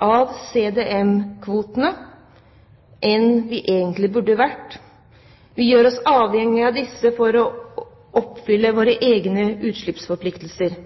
av CDM-kvotene enn vi egentlig burde vært. Vi gjør oss avhengige av disse for å oppfylle våre egne utslippsforpliktelser.